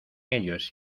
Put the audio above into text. ellos